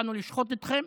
באנו לשחוט אתכם?